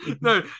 no